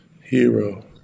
Hero